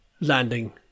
landing